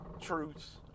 truths